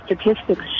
statistics